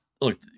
Look